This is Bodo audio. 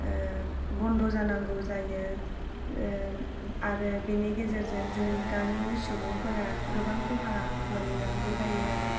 बन्द' जानांगौ जायो आरो बेनि गेजेरजों जोंनि गामिनि सुबुंफोरा गोबां ख'हा मोननांगौ जायो आरो